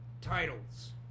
titles